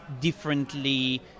differently